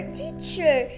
teacher